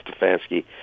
Stefanski